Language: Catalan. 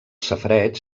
safareig